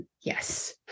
Yes